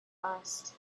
asked